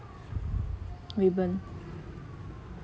ribbon